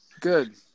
Good